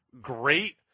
great